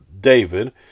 David